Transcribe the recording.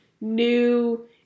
new